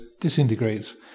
disintegrates